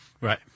Right